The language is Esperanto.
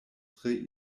tre